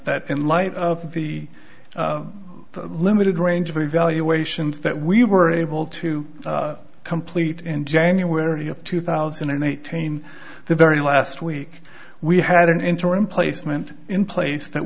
that in light of the limited range of evaluations that we were able to complete in january of two thousand and eighteen the very last week we had an interim placement in place that